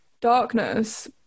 darkness